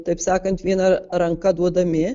taip sakant viena ranka duodami